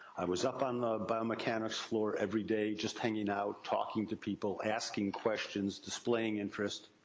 i was up on the biomechanics floor everyday. just hanging out, talking to people, asking questions, displaying interest.